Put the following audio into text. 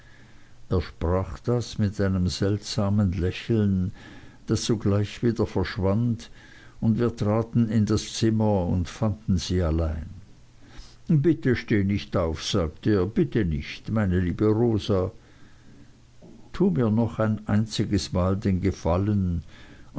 er sprach das mit einem seltsamen lächeln das sogleich wieder verschwand und wir traten in das zimmer und fanden sie allein bitte steh nicht auf sagte er bitte nicht meine liebe rosa tu mir noch ein einziges mal den gefallen